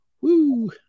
Woo